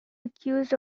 accused